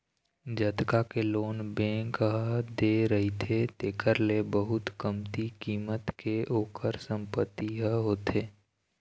जतका के loan bank ह दे रहिथे तेखर ले बहुत कमती कीमत के ओखर संपत्ति ह होथे